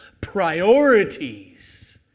Priorities